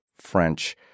French –